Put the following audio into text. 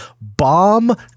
bomb